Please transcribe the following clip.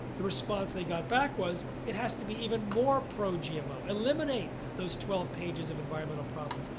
the response they got back was it has to be even more pro gmo. eliminate those twelve pages of environmental problems.